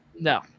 No